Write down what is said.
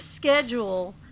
schedule